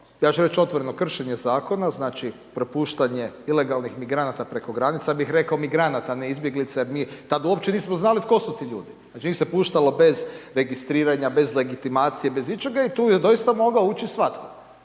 ja ću reći otvoreno, kršenje zakona, znači, propuštanje ilegalnih migranata preko granice, ja bih rekao migranata, ne izbjeglica jer mi tad uopće nismo znali tko su ti ljudi, znači, njih se puštalo bez registriranja, bez legitimacije, bez ičega i tu je doista mogao ući svatko,